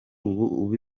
uba